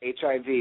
HIV